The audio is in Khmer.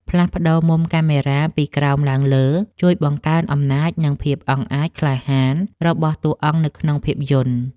ផ្លាស់ប្តូរមុំកាមេរ៉ាពីក្រោមឡើងលើជួយបង្កើនអំណាច និង ភាពអង់អាចក្លាហានរបស់តួអង្គនៅក្នុងភាពយន្ត។